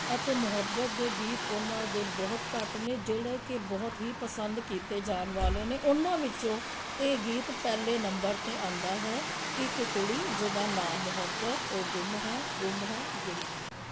ਅਤੇ ਮੁਹੱਬਤ ਦੇ ਗੀਤ ਉਹਨਾਂ ਦੇ ਬਹੁਤ ਘੱਟ ਨੇ ਜਿਹੜੇ ਕਿ ਬਹੁਤ ਹੀ ਪਸੰਦ ਕੀਤੇ ਜਾਣ ਵਾਲੇ ਨੇ ਉਹਨਾਂ ਵਿੱਚੋਂ ਇਹ ਗੀਤ ਪਹਿਲੇ ਨੰਬਰ 'ਤੇ ਆਉਂਦਾ ਹੈ ਇੱਕ ਕੁੜੀ ਜਿਹਦਾ ਨਾਮ ਮੁਹੱਬਤ ਉਹ ਗੁੰਮ ਹੈ ਗੁੰਮ ਹੈ ਗੁੰਮ ਹੈ